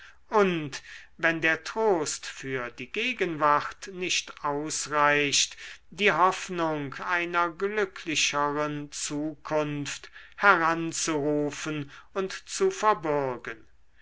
und wenn der trost für die gegenwart nicht ausreicht die hoffnung einer glücklicheren zukunft heranzurufen und zu verbürgen